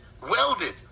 welded